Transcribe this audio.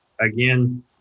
again